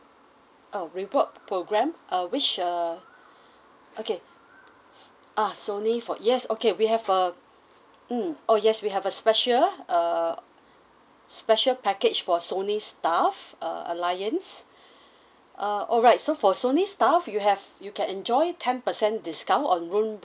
oh reward programme uh which uh okay ah sony for yes okay we have a mm oh yes we have a special err special package for sony staff uh alliance uh alright so for sony staff you have you can enjoy ten percent discount on room